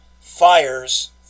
fires